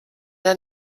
der